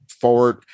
forward